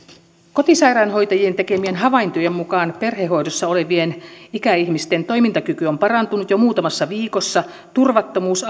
kotisairaanhoitajien tekemien havaintojen mukaan perhehoidossa olevien ikäihmisten toimintakyky on parantunut jo muutamassa viikossa turvattomuus